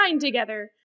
together